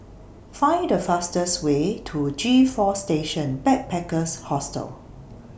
Find The fastest Way to G four Station Backpackers Hostel